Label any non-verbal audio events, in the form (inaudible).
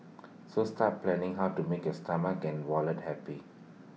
(noise) so start planning how to make his stomach and wallets happy